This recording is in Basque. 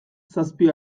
zazpi